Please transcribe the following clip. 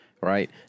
right